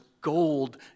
gold